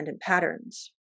patterns